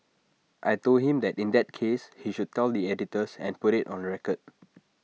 I Told him that in that case he should tell the editors and put IT on record